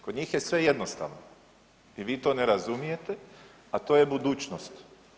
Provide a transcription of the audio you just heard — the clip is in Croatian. Kod njih je sve jednostavno i vi to ne razumijete, a to je budućnost.